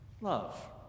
love